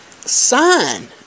sign